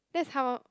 that's how